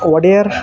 Wadiyar